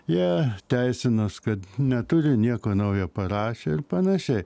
jie teisinas kad neturi nieko naujo parašę ir panašiai